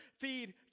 feed